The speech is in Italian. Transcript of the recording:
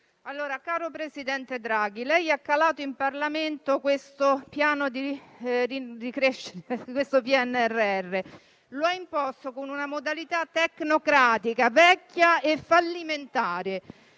Caro presidente Draghi, lei ha calato in Parlamento questo PNRR, lo ha imposto con una modalità tecnocratica vecchia e fallimentare.